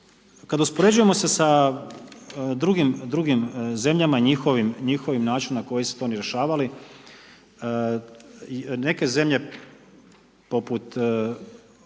kad uspoređujemo se sa drugim zemljama njihovim načinom na koji su to oni rješavali, neke zemlje poput